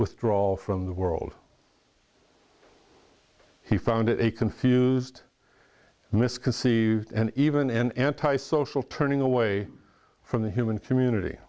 withdrawal from the world he found it a confused misconceived and even an anti social turning away from the human community